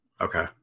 Okay